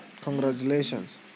Congratulations